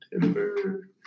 Timber